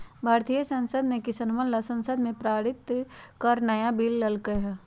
भारतीय संसद ने किसनवन ला संसद में पारित कर नया बिल लय के है